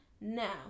Now